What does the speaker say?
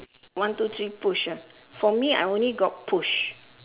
one two three push ah for me I only got push